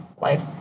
life